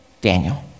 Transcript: Daniel